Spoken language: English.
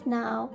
now